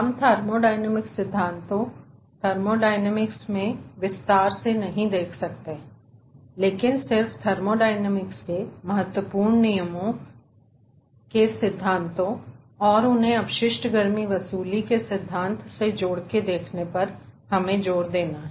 हम थर्मोडायनामिक सिद्धांतों और थर्मोडायनामिक गतिशीलता में विस्तार से नहीं देख रहे है लेकिन सिर्फ थर्मोडायनामिक्स के महत्वपूर्ण नियमों थर्मोडायनामिक्स के सिद्धांतों और उन्हें अपशिष्ट गर्मी वसूली के सिद्धांत से जोड़ के देखने पर जोर देना है